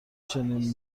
چنین